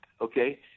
okay